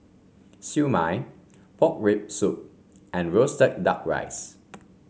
Siew Mai Pork Rib Soup and roasted duck rice